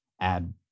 add